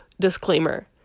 disclaimer